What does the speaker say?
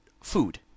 food